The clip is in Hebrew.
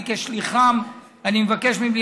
הקרן למפעלים במצוקה היא כורח מציאותי,